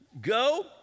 Go